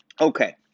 Okay